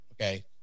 Okay